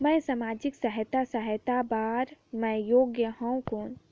मैं समाजिक सहायता सहायता बार मैं योग हवं कौन?